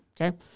okay